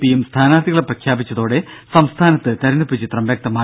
പിയും സ്ഥാനാർത്ഥികളെ പ്രഖ്യാപിച്ചതോടെ സംസ്ഥാനത്ത് തെരഞ്ഞെടുപ്പ് ചിത്രം വ്യക്തമായി